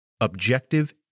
objective